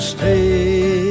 Stay